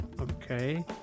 okay